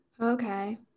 Okay